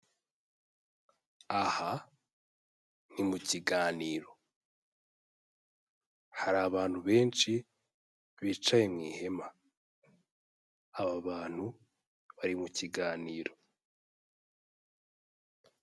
Aha ni mu kiganiro. Hari abantu benshi bicaye mu ihema. Aba bantu bari mu kiganiro.